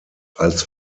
als